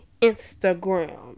Instagram